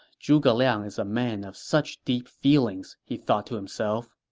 zhuge liang is a man of such deep feelings, he thought to himself.